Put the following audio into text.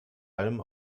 allem